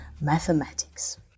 Mathematics